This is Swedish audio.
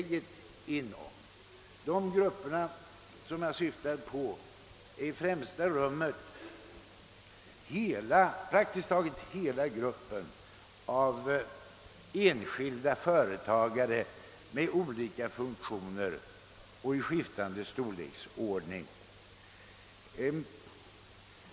Den första gruppen som jag syftar på är praktiskt taget alla enskilda företagare med olika funktioner och av skiftande storleksordning. De tituleras ofta »utsugare» och »profithajar».